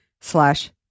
slash